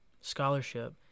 scholarship